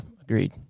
agreed